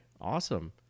awesome